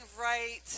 right